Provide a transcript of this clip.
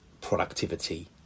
productivity